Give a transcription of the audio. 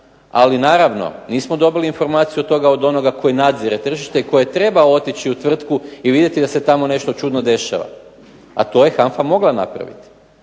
ali naravno nismo dobili informaciju od onoga koji nadzire tržište koji treba otići u tvrtku i vidjeti da se tamo nešto čudno dešava, a to je HANFA mogla napraviti.